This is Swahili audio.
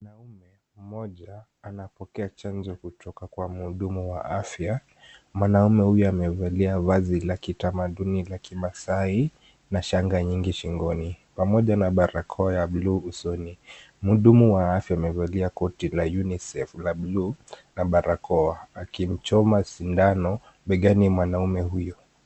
Mwanaume mmoja anapokea chanjo kutoka kwa mhudumu wa afya, mwanamume huyu amevalia vazi la kitamaduni la kimaasai na shanga nyingi shingoni pamoja na barakoa ya buluu usoni. Mhudumu wa afya amevalia koti la UNICEF la buluu na barakoa akimchoma sindano begani mwanamume huyo.